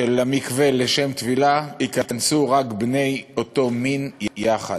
שלמקווה לשם טבילה ייכנסו רק בני אותו מין יחד.